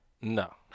No